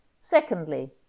Secondly